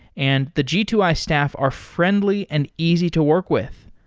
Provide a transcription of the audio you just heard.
and the g two i staff are friendly and easy to work with.